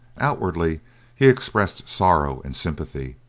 outwardly he expressed sorrow and sympathy,